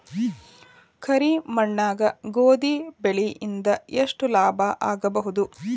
ಕರಿ ಮಣ್ಣಾಗ ಗೋಧಿ ಬೆಳಿ ಇಂದ ಎಷ್ಟ ಲಾಭ ಆಗಬಹುದ?